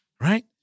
right